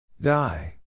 Die